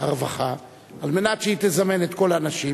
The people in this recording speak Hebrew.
הרווחה על מנת שהיא תזמן את כל האנשים.